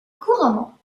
couramment